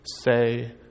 Say